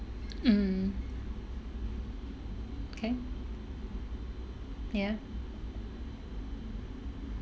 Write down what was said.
mm kay ya